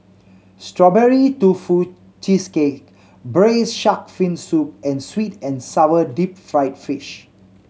Strawberry Tofu Cheesecake Braised Shark Fin Soup and sweet and sour deep fried fish